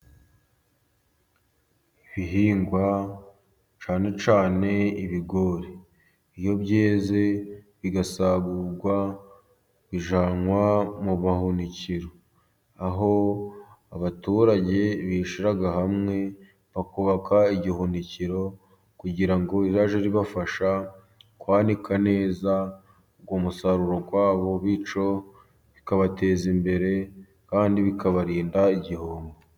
Ibihingwa cyane cyane ibigori, iyo byeze bigasarurwa bijyanwa mu buhunikiro, aho abaturage bishyira hamwe bakubaka igihunikiro kugira ngo bizajye bibafasha kwanika neza umusaruro wabo, bityo bikabateza imbere kandi bikabarinda igihombo.